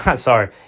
sorry